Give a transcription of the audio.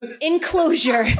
Enclosure